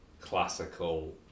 classical